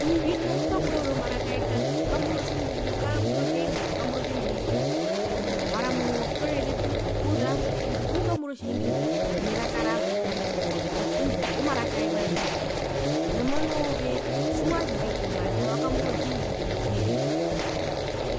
Omundu uyenena okukambura uriri omaraka yetatu okambura otjimburu okambura otjingirisa okambura otjindoitji mara mozo mozoskole zetu kutja uso kukambura otjingirisa neraka rarwe opuwo omaraka yevari uriri nambano ove tjiwazire ponganda ove wakambura otjingirisa notjiherero,